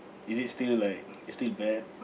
is it still like it's still bad